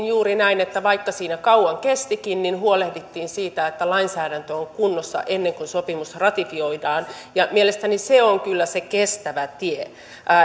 juuri näin että vaikka siinä kauan kestikin huolehdittiin siitä että lainsäädäntö on kunnossa ennen kuin sopimus ratifioidaan mielestäni se on kyllä se kestävä tie